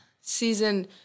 season